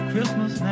Christmas